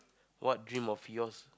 what dream of yours